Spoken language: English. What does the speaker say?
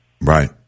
Right